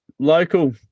Local